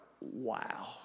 wow